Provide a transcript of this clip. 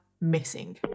missing